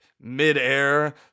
mid-air